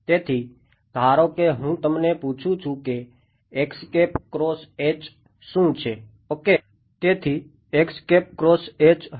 તેથી ધારો કે હું તમને પૂછું છું કે શું છે ઓકે તેથી હશે